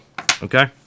Okay